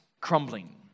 crumbling